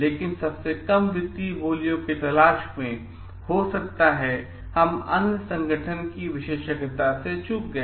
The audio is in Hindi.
लेकिन सबसे कम वित्तीय बोलियों की तलाश में हो सकता है हम अन्य संगठन की विशेषज्ञता से चूक गए